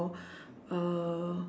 uh